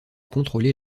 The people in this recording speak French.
contrôler